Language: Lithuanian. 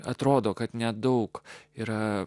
atrodo kad nedaug yra